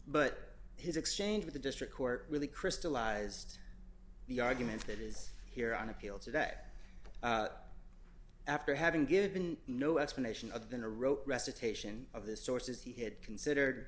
but his exchange with the district court really crystallized the argument that is here on appeal today after having given no explanation other than a rote recitation of the sources he had considered